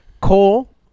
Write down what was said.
Cole